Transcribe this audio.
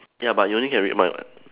ya but you only can read mine [what]